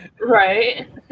right